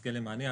יזכה למענה.